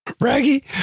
raggy